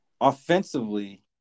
offensively